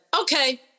okay